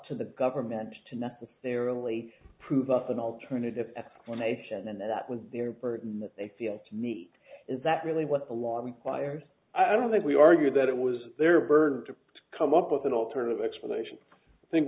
to the government to necessarily prove up an alternative explanation and that was their burden that they feel to meet is that really what the law inquired i don't think we argued that it was their burden to come up with an alternative explanation i think